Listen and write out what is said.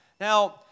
Now